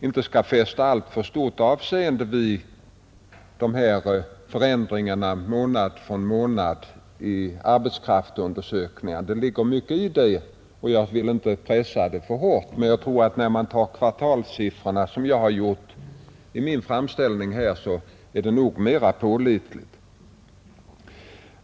inte skall fästa alltför stort avseende vid de förändringar från månad till månad som arbetskraftsundersökningarna visar. Det ligger mycket i det, och jag vill inte pressa det för hårt. Men kvartalssiffrorna, som jag har begagnat i min framställning, är nog mera pålitliga.